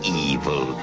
evil